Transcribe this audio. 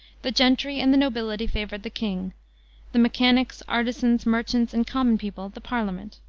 the gentry and the nobility favored the king the mechanics, artisans, merchants, and common people the parliament.